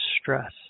stress